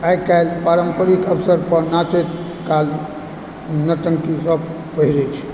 आइकाल्हि पारम्परिक अवसरपर नाचै काल नर्तकी सब पहिरै छै